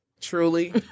truly